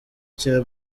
cya